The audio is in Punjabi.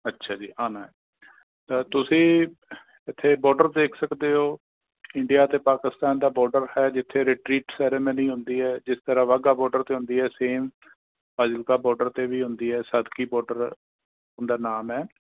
ਅੱਛਾ ਜੀ ਆਉਣਾ ਹੈ ਤਾਂ ਤੁਸੀਂ ਇੱਥੇ ਬੋਡਰ ਦੇਖ ਸਕਦੇ ਹੋ ਇੰਡੀਆ ਅਤੇ ਪਾਕਿਸਤਾਨ ਦਾ ਬੋਡਰ ਹੈ ਜਿੱਥੇ ਰਿਟ੍ਰੀਟ ਸੈਰੇਮਨੀ ਹੁੰਦੀ ਹੈ ਜਿਸ ਤਰ੍ਹਾਂ ਵਾਘਾ ਬੋਡਰ 'ਤੇ ਹੁੰਦੀ ਹੈ ਸੇਮ ਫਾਜਿਲਕਾ ਬੋਡਰ 'ਤੇ ਵੀ ਹੁੰਦੀ ਹੈ ਸਦਕੀ ਬੋਡਰ ਉਹਦਾ ਨਾਮ ਹੈ